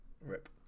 rip